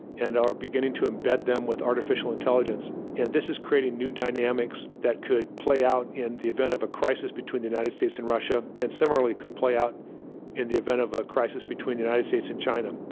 and are beginning to embed them with artificial intelligence. and this is creating new dynamics that could play out in the event of a crisis between the united states and russia, and similarly could play out in the event of a crisis between the united states and china.